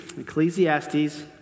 Ecclesiastes